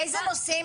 איזה נושאים?